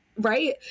right